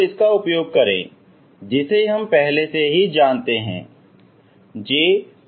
तो इसका उपयोग करें जिसे हम पहले से ही जानते हैं J12